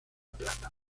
plata